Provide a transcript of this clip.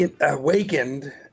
awakened